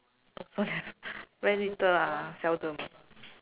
also cannot very little ah seldom